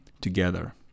together